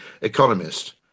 economist